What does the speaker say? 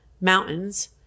mountains